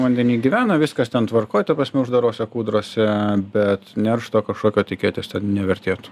vandeny gyvena viskas ten tvarkoj ta prasme uždarose kūdrose bet neršto kažkokio tikėtis nevertėtų